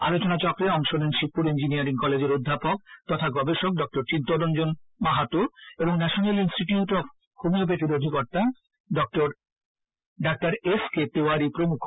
আলোচনাচক্রে অংশ নেন শিবপুর ইঞ্জিনিয়ারিং কলেজের অধ্যাপক তথা গবেষক ড চিত্তরঞ্জন মাহাতো এবং ন্যাশনেল ইনস্টিটিউট অব হোমিওপ্যাখির অধিকর্তা ড এসকে তেওয়ারী প্রমুখ